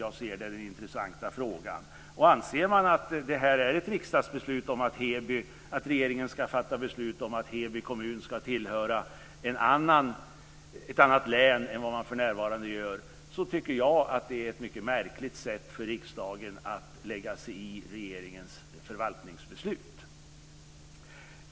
Anser man att det här är ett riksdagsbeslut om att regeringen ska fatta ett beslut om att Heby kommun ska tillhöra ett annat län än vad man för närvarande gör tycker jag att det är ett mycket märkligt sätt för riksdagen att lägga sig i regeringens förvaltningsbeslut.